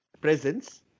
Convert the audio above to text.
presence